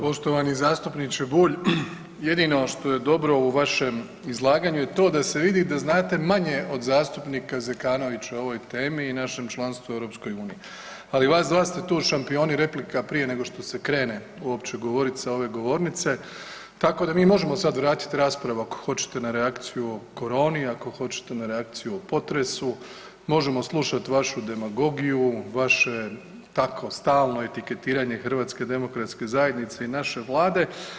Poštovani zastupniče Bulj, jedino što je dobro u vašem izlaganju je to da se vidi da znate manje od zastupnika Zekanovića o ovoj temu i našem članstvu u EU, ali vas dva ste tu šampioni replika prije nego što se krene uopće govoriti s ove govornice tako da mi možemo sada vratiti raspravu ako hoćete na reakciju o koroni, ako hoćete na reakciju o potresu, možemo slušati vašu demagogiju, vaše tako stalno etiketiranje HDZ-a i naše Vlade.